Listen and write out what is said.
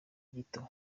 gito